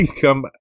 come